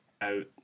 out